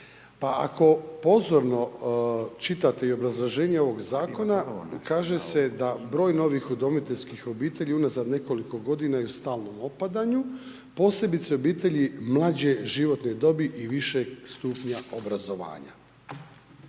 ako pozorno čitate i obrazloženje ovog zakona, kaže se da broj novih udomiteljskih obitelji unazad nekoliko godina je u stalnom opadanju, posebice obitelji mlađe životne dobi i višeg stupnja obrazovanja.